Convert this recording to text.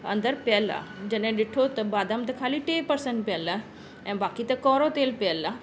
अंदरि पियल आहे जॾहिं ॾिठो त बदाम त ख़ाली टे पर्सेंट पियल आहे ऐं बाक़ी त कौरो तेल पियल आहे